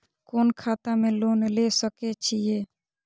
कोन खाता में लोन ले सके छिये?